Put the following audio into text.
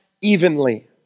evenly